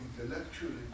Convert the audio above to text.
intellectually